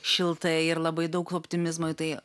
šiltai ir labai daug optimizmo tai